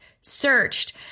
searched